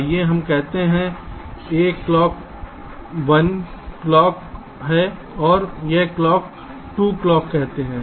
आइए हम कहते हैं कि यह क्लॉक 1 क्लॉक है इसे हम क्लॉक 2 कहते हैं